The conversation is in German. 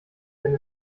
denn